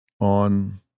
On